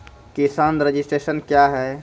किसान रजिस्ट्रेशन क्या हैं?